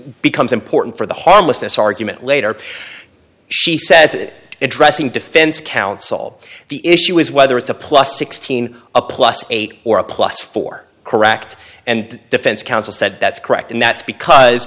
becomes important for the harmlessness argument later she says it addressing defense counsel the issue is whether it's a plus sixteen a plus eight or a plus for correct and defense counsel said that's correct and that's because